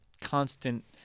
constant